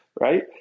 right